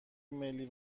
ملی